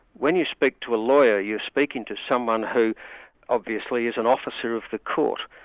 when you speak to a lawyer you're speaking to someone who obviously is an officer of the court.